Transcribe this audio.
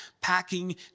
packing